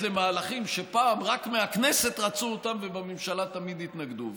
למהלכים שפעם רק מהכנסת רצו אותם ובממשלה תמיד התנגדו.